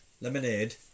Lemonade